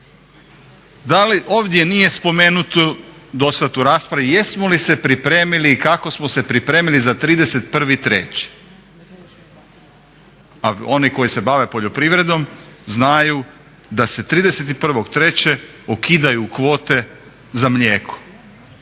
Ovdje nije spomenuto dosad u raspravi jesmo li se pripremili i kako smo se pripremili za 31.3., a oni koji se bave poljoprivredom znaju da se 31.3. ukidaju kvote za mlijeko.